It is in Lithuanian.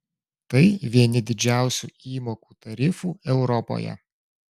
tai vieni didžiausių įmokų tarifų europoje